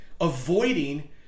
avoiding